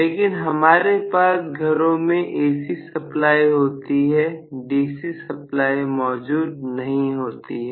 लेकिन हमारे पास घरों में AC सप्लाई होती है DC सप्लाई मौजूद नहीं होती है